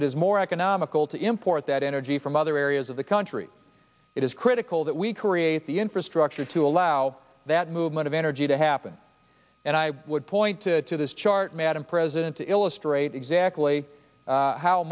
it is more economical to import that energy from other areas of the country it is critical that we create the infrastructure to allow that movement of energy to happen and i would point to to this chart madam president to illustrate exactly